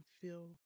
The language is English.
feel